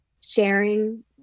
sharing